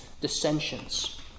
dissensions